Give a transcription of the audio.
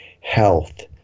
health